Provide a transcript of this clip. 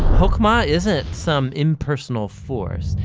chokhmah isn't some impersonal force,